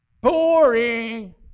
Boring